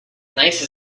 nice